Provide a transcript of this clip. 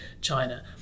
China